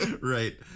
Right